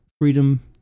Freedom